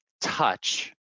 touch